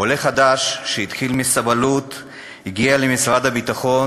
עולה חדש שהתחיל מסבלות הגיע למשרד הביטחון,